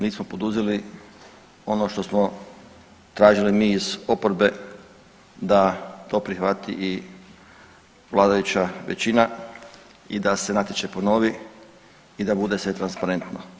Nismo poduzeli ono što smo tražili mi iz oporbe da to prihvati i vladajuća većina i da se natječaj ponovi i da bude sve transparentno.